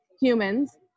humans